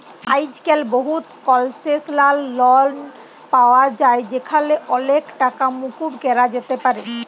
আইজক্যাল বহুত কলসেসলাল লন পাওয়া যায় যেখালে অলেক টাকা মুকুব ক্যরা যাতে পারে